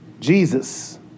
Jesus